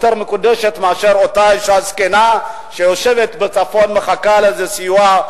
יותר מקודשת מאשר אותה אשה זקנה שיושבת בצפון ומחכה לאיזה סיוע,